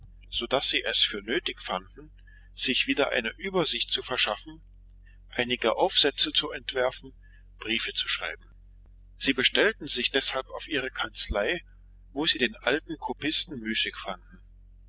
so daß sie für nötig fanden sich wieder eine übersicht zu verschaffen einige aufsätze zu entwerfen briefe zu schreiben sie bestellten sich deshalb auf ihre kanzlei wo sie den alten kopisten müßig